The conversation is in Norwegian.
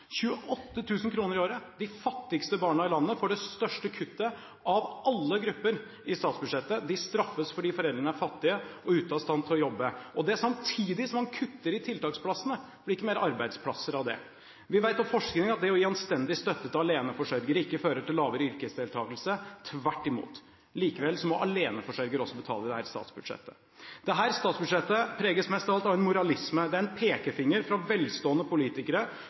i året? De fattigste barna i landet får det største kuttet av alle grupper i statsbudsjettet. De straffes fordi foreldrene er fattige og ute av stand til å jobbe – og det samtidig som man kutter i tiltaksplassene. Det blir ikke flere arbeidsplasser av det. Vi vet fra forskning at det å gi anstendig støtte til aleneforsørgere ikke fører til lavere yrkesdeltakelse, tvert imot. Likevel må aleneforsørgere også betale i dette statsbudsjettet. Dette statsbudsjettet preges mest av alt av moralisme. Det er en pekefinger fra velstående politikere